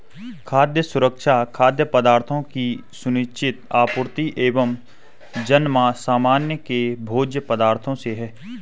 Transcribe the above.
खाद्य सुरक्षा खाद्य पदार्थों की सुनिश्चित आपूर्ति एवं जनसामान्य के भोज्य पदार्थों से है